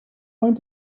going